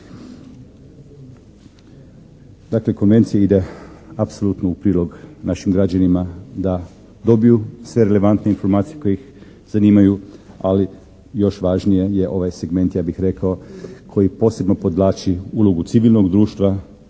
konvencija ide apsolutno u prilog našim građanima da dobiju sve relevantne informacije koje ih zanimaju ali još važniji je ovaj segment ja bih rekao koji posebno podvlači ulogu civilnog društva